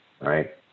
right